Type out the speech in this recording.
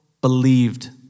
believed